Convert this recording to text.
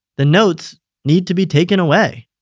the notes need to be taken away.